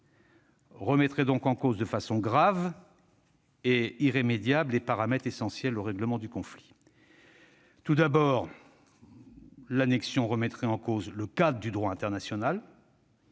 remettrait donc en cause de façon grave et irrémédiable les paramètres essentiels au règlement du conflit. Tout d'abord, l'annexion remettrait en cause le cadre du droit international.